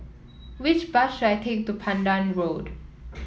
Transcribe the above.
which bus should I take to Pandan Road